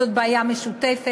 זאת בעיה משותפת,